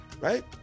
right